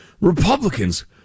Republicans